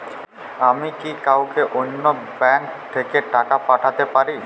আমি কি কাউকে অন্য ব্যাংক থেকে টাকা পাঠাতে পারি?